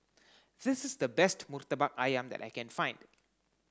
this is the best Murtabak Ayam that I can find